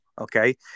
Okay